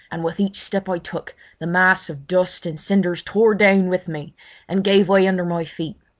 and with each step i took the mass of dust and cinders tore down with me and gave way under my feet.